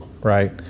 right